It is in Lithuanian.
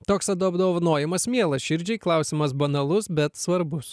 toks apdovanojimas mielas širdžiai klausimas banalus bet svarbus